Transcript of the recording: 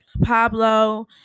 Pablo